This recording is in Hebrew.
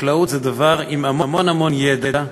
חקלאות זה דבר עם המון המון ידע,